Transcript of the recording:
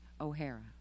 O'Hara